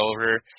over